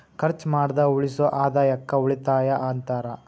ಖರ್ಚ್ ಮಾಡ್ದ ಉಳಿಸೋ ಆದಾಯಕ್ಕ ಉಳಿತಾಯ ಅಂತಾರ